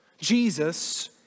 Jesus